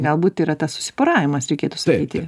galbūt yra tas susiporavimas reikėtų sakyti